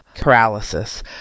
paralysis